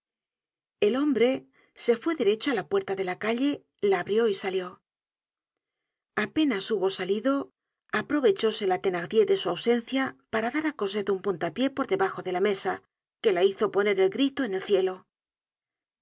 el hombre se fué derecho á la puerta de la calle la abrió y salió apenas hubo salido aprovechóse la thenardier de su ausencia para dar á cosette un puntapié por debajo de la mesa que la hizo poner el grito en el cielo